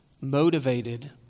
motivated